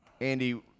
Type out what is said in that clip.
Andy